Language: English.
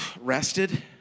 rested